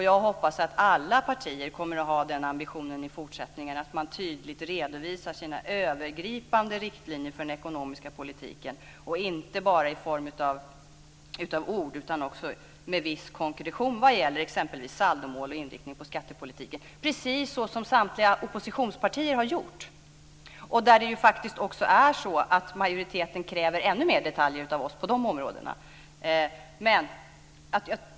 Jag hoppas att alla partier i fortsättningen kommer att ha den ambitionen att man tydligt redovisar sina övergripande riktlinjer för den ekonomiska politiken, inte bara i form av ord utan med viss konkretion vad gäller exempelvis saldomål och inriktning på skattepolitiken, precis som samtliga oppositionspartier har gjort. Majoriteten kräver faktiskt ändå fler detaljer av oss på de områdena.